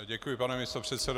Děkuji, pane místopředsedo.